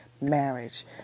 marriage